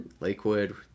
Lakewood